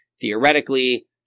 theoretically